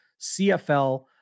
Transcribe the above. CFL